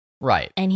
Right